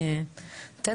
תודה